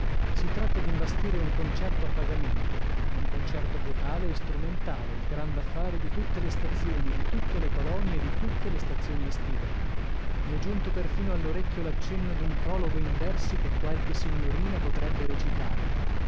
si tratta d'imbastire un concerto a pagamento un concerto vocale e strumentale il gran da fare di tutte le stazioni di tutte le colonie e di tutte le stazioni estive mi è giunto perfino all'orecchio l'accenno d'un prologo in versi che qualche signorina potrebbe recitare